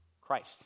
Christ